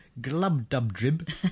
Glubdubdrib